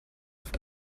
oft